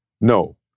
No